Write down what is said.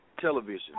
television